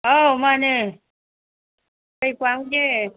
ꯑꯧ ꯃꯥꯅꯦ ꯀꯩ ꯄꯥꯝꯒꯦ